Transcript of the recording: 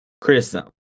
Criticism